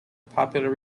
popular